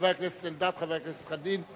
לחבר הכנסת אלדד ולחבר הכנסת חנין.